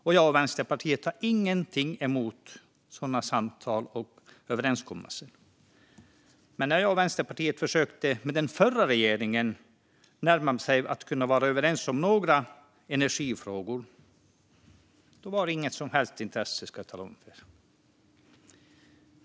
Jag och Vänsterpartiet har ingenting emot sådana samtal och överenskommelser. Men när jag och Vänsterpartiet försökte närma oss den förra regeringen för att bli överens om några energifrågor fanns det inget som helst intresse för det.